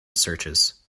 searches